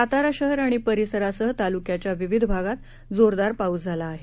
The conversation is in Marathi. साताराशहरआणिपरिसरासहतालुक्याच्याविविधभागातजोरदारपाऊसझालाआहे